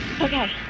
Okay